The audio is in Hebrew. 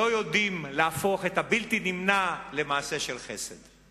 לא יודעות להפוך את הבלתי-נמנע למעשה של חסד.